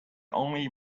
only